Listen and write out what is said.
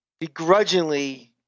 begrudgingly